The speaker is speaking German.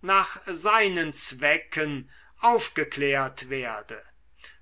nach seinen zwecken aufgeklärt werde